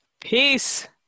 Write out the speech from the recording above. Peace